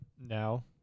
now